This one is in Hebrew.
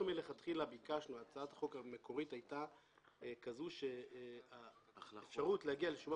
הצעת החוק המקורית הייתה שהאפשרות להגיע לשומה